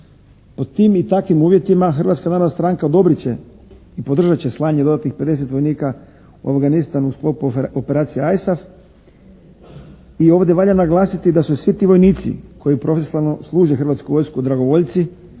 Pod tim i takvim uvjetima Hrvatska narodna stranka odobrit će i podržat će slanje dodatnih 50 vojnika u Afganistan u sklopu Operacije ISAF i ovdje valja naglasiti da su svi ti vojnici koji profesionalno služe hrvatsku vojsku dragovoljci.